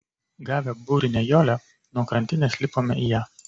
gavę burinę jolę nuo krantinės lipome į ją